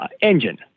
engine